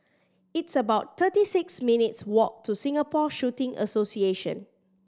it's about thirty six minutes' walk to Singapore Shooting Association